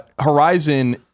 Horizon